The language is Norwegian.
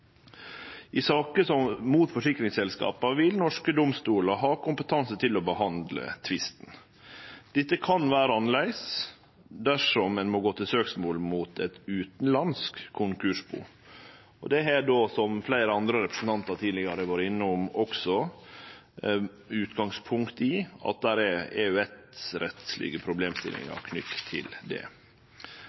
I saker mot forsikringsselskap vil norske domstolar ha kompetanse til å behandle tvisten. Dette kan vere annleis dersom ein må gå til søksmål mot eit utanlandsk konkursbu. Som fleire representantar har vore innom tidlegare, tek eg utgangspunkt i at det er EØS-rettslege problemstillingar knytte til det.